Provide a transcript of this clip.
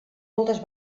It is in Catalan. moltes